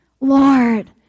Lord